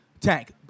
tank